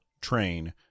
train